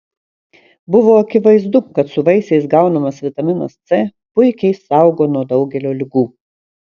buvo akivaizdu kad su vaisiais gaunamas vitaminas c puikiai saugo nuo daugelio ligų